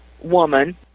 woman